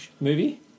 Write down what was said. movie